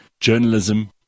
journalism